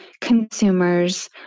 consumers